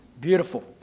Beautiful